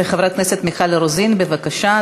חברת הכנסת מיכל רוזין, בבקשה.